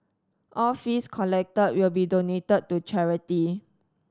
all fees collected will be donated to charity